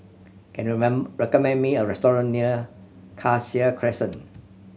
can you recommend me a restaurant near Cassia Crescent